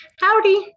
Howdy